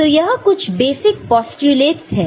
तो यह कुछ बेसिक पोस्टयूलेटस है